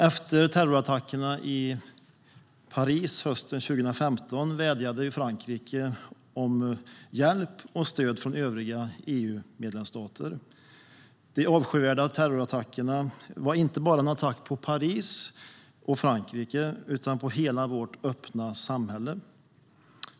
Efter terrorattackerna i Paris hösten 2015 vädjade Frankrike om hjälp och stöd från övriga EU-medlemsstater. De avskyvärda terrorattackerna var inte bara en attack på Paris och Frankrike utan på hela vårt öppna samhälle.